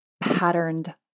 patterned